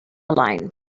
line